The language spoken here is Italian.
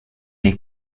nei